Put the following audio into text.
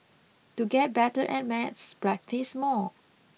to get better at maths practise more